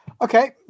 Okay